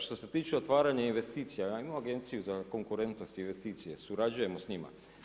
Što se tiče otvaranja investicija, imamo Agenciju za konkurentnost i investicije, surađujemo s njima.